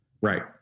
Right